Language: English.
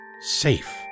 Safe